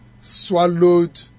swallowed